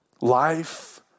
Life